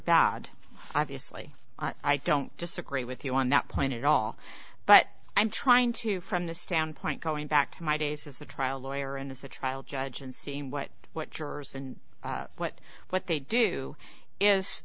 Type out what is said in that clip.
bad obviously i don't disagree with you on that point at all but i'm trying to from the standpoint going back to my days as a trial lawyer and as a trial judge and seeing what what jurors and what what they do is